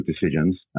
decisions